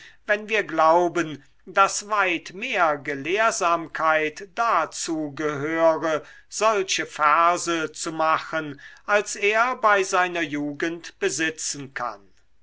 wenn wir glauben daß weit mehr gelehrsamkeit dazu gehöre solche verse zu machen als er bei seiner jugend besitzen kann